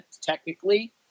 technically